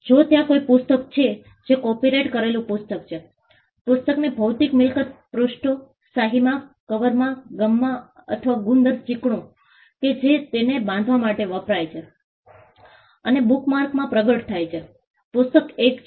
જો ત્યાં કોઈ પુસ્તક છે જે કોપીરાઇટ કરેલું પુસ્તક છે પુસ્તકની ભૌતિક મિલકત પૃષ્ઠો શાહીમાં કવરમાં ગમ અથવા ગુંદર ચીકણું કે જે તેને બાંધવા માટે વપરાય છે અને બુકમાર્કમાં પ્રગટ થાય છે પુસ્તક એક છે